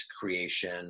creation